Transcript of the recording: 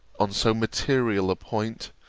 on so material a point,